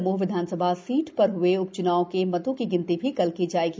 दमोह विधानसभा सीट ः र हुए उ ़ चुनाव के मतों की गिनती भी कल की जाएगी